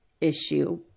issue